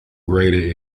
greater